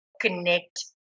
connect